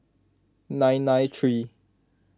nine nine three